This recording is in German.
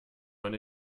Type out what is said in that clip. man